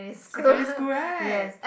secondary school right